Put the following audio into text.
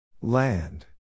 Land